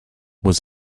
was